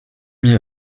mit